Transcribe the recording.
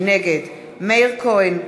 נגד מאיר כהן,